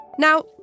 Now